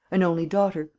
an only daughter.